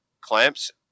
clamps